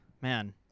man